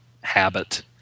habit